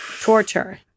Torture